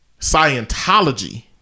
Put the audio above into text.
Scientology